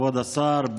כבוד השר,